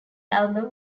album